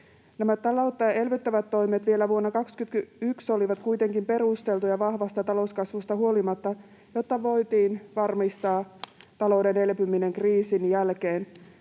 21. Taloutta elvyttävät toimet vielä vuonna 21 olivat kuitenkin perusteltuja vahvasta talouskasvusta huolimatta, jotta voitiin varmistaa talouden elpyminen kriisin jälkeen.